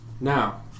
Now